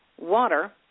water